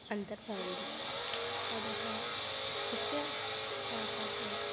अन्तर्भवन्ति अतः तस्य माहात्म्यम्